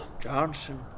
Johnson